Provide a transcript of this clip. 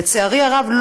לצערי הרב,